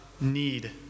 need